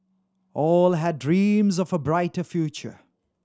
all had dreams of a brighter future